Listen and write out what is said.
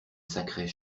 sacrait